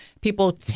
People